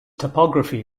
topography